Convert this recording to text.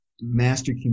Master